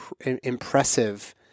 impressive